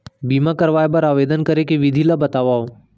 बीमा करवाय बर आवेदन करे के विधि ल बतावव?